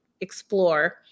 explore